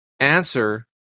Answer